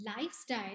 lifestyle